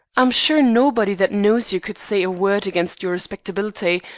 i'm sure nobody that knows you could say a word against your respectability,